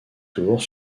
tour